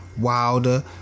Wilder